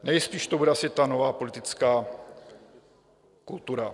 Nejspíš to bude asi ta nová politická kultura.